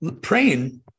praying